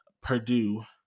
Purdue